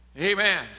Amen